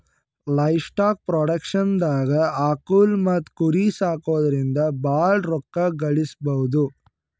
livestock ಪ್ರೊಡಕ್ಷನ್ದಾಗ್ ಆಕುಳ್ ಮತ್ತ್ ಕುರಿ ಸಾಕೊದ್ರಿಂದ ಭಾಳ್ ರೋಕ್ಕಾ ಗಳಿಸ್ಬಹುದು